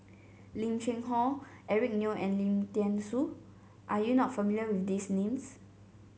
Lim Cheng Hoe Eric Neo and Lim Thean Soo are you not familiar with these names